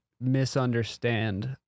misunderstand